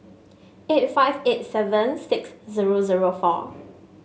eifht five eight seven six zero zero four